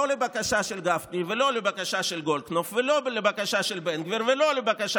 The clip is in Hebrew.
לא לבקשה של גפני ולא לבקשה של גולדקנופ ולא לבקשה של בן גביר ולא לבקשה